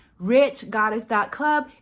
Richgoddess.club